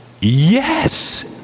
Yes